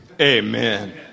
Amen